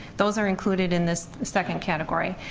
those are included in this second category.